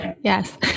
yes